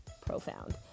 profound